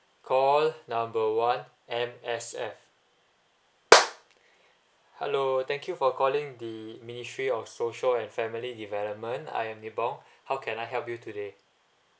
call number one M_S_F hello thank you for calling the ministry of social and family development I am ni bong how can I help you today